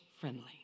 friendly